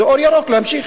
זה אור ירוק בשבילו להמשיך.